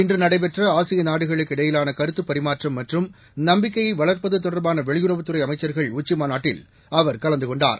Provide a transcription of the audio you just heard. இன்று நடைபெற்ற ஆசிய நாடுகளுக்கு இடையிலான கருத்துப் பரிமாற்றம் மற்றும் நம்பிக்கையை வளர்ப்பது தொடர்பான வெளியுறவுத்துறை அமைச்சர்கள் உச்சிமாநாட்டில் அவர் கலந்து கொண்டார்